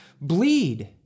bleed